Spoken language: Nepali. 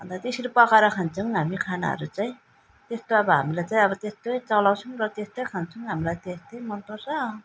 अन्त त्यसरी पकाएर खान्छौँ हामी खानाहरू चाहिँ त्यस्तो अब हामीले चाहिँ त्यस्तै चलाउँछौँ र त्यस्तै खान्छौँ हामीलाई त्यस्तै मन पर्छ